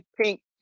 pink